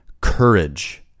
courage